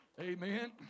Amen